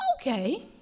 okay